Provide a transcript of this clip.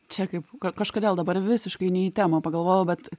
čia kaip ka kažkodėl dabar visiškai ne į temą pagalvojau bet